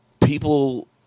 people